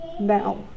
now